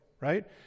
Right